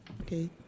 Okay